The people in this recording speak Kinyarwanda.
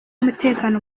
umutekano